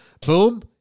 Boom